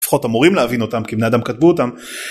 לפחות אמורים להבין אותם כי בני אדם כתבו אותם.